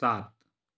सात